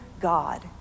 God